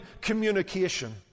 communication